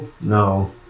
no